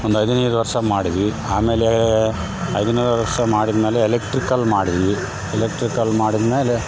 ಒಂದು ಹದಿನೈದು ವರ್ಷ ಮಾಡಿದ್ವಿ ಆಮೇಲೆ ಹದಿನೈದು ವರ್ಷ ಮಾಡಿದಮೇಲೆ ಎಲೆಕ್ಟ್ರಿಕಲ್ ಮಾಡಿದ್ವಿ ಎಲೆಕ್ಟ್ರಿಕಲ್ ಮಾಡಿದಮೇಲೆ